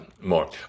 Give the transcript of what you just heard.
more